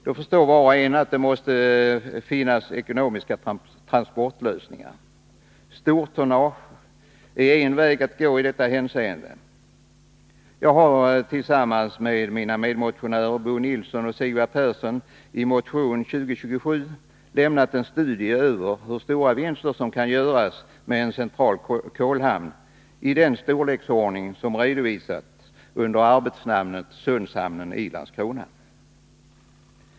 Då förstår var och en att det måste finnas ekonomiska transportlösningar. Stortonnage är en väg att gå i detta hänseende. Jag har tillsammans med mina medmotionärer Bo Nilsson och Sigvard Persson i motion 2027 lämnat en studie över hur stora vinster som kan göras med en central kolhamn i den storleksordning som redovisats under arbetsnamnet Sundshamnen i Landskrona.